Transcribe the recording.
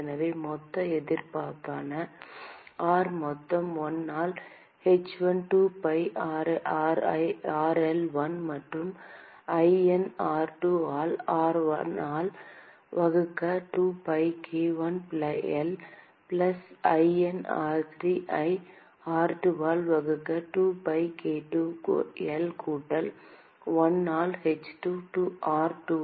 எனவே மொத்த எதிர்ப்பான R மொத்தம் 1 ஆல் h1 2pi r1L மற்றும் ln r2 ஆல் r1 ஆல் வகுக்க 2pi k1 L plus ln r3 ஐ r2 ஆல் வகுக்க 2pi k2 L கூட்டல் 1 ஆல் h 2